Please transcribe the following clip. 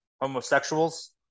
homosexuals